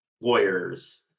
lawyers